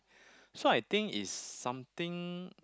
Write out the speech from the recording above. so I think it's something